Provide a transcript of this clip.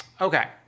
Okay